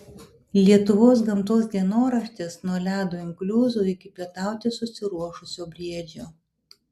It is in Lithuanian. lietuvos gamtos dienoraštis nuo ledo inkliuzų iki pietauti susiruošusio briedžio